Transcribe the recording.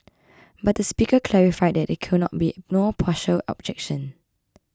but the speaker clarified that there could not be no partial objection